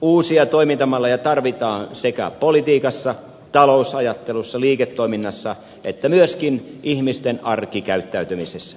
uusia toimintamalleja tarvitaan sekä politiikassa talousajattelussa liiketoiminnassa että myöskin ihmisten arkikäyttäytymisessä